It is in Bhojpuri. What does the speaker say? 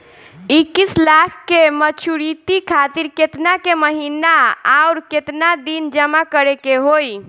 इक्कीस लाख के मचुरिती खातिर केतना के महीना आउरकेतना दिन जमा करे के होई?